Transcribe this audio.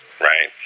right